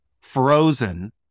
frozen